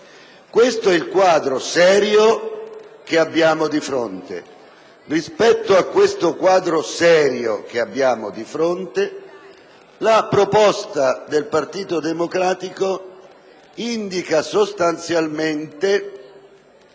Questo è il quadro serio che abbiamo di fronte